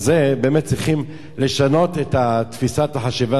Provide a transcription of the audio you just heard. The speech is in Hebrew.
אז באמת צריכים לשנות את תפיסת החשיבה